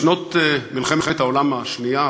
בשנות מלחמת העולם השנייה,